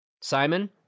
Simon